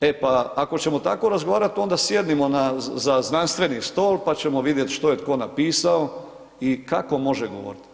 e pa ako ćemo tako razgovarat onda sjednimo za znanstveni stol, pa ćemo vidjeti što je tko napisao i kako može govoriti.